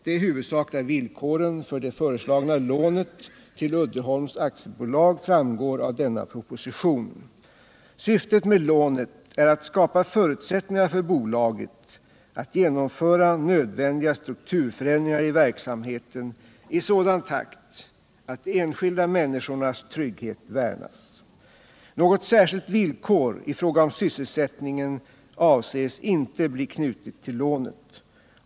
De huvudsakliga villkoren för det föreslagna lånet till Uddeholms AB framgår av denna proposition. Syftet med lånet är att skapa förutsättningar för bolaget att genomföra nödvändiga strukturförändringar i verksamheten i sådan takt att de enskilda människornas trygghet värnas. Något särskilt villkor i fråga om sysselsättningen avses inte bli knutet till lånet.